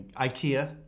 Ikea